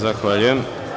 Zahvaljujem.